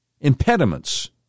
impediments